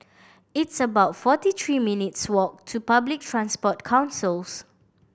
it's about forty three minutes' walk to Public Transport Councils